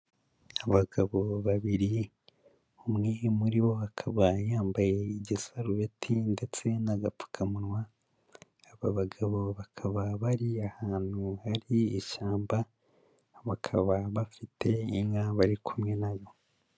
Abagabo babiri, umwe muri bo akaba yambaye igisarubeti ndetse n'agapfukamunwa, aba bagabo bakaba bari ahantu hari ishyamba, bakaba bafite inka bari kumwe na yo.